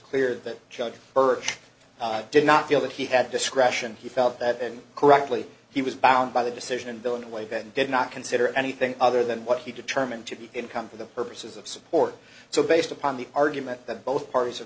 clear that judge her did not feel that he had discretion he felt that and correctly he was bound by the decision and bill in a way that did not consider anything other than what he determined to be income for the purposes of support so based upon the argument that both parties